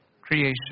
creation